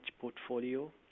portfolio